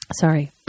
Sorry